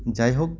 যাই হোক